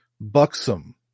buxom